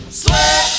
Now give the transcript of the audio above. sweat